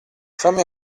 fammi